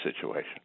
situation